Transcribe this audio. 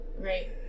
Right